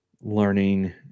learning